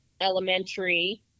Elementary